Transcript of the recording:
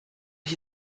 ich